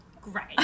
Great